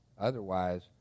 Otherwise